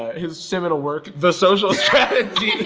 his seminal work the social strategy.